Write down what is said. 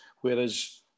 Whereas